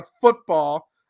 football